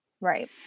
Right